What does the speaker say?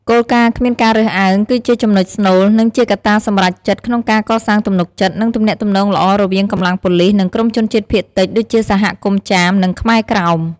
គោលការណ៍គ្មានការរើសអើង គឺជាចំណុចស្នូល និងជាកត្តាសម្រេចចិត្តក្នុងការកសាងទំនុកចិត្ត និងទំនាក់ទំនងល្អរវាងកម្លាំងប៉ូលិស និងក្រុមជនជាតិភាគតិច ដូចជាសហគមន៍ចាម និងខ្មែរក្រោម